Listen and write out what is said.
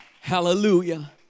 Hallelujah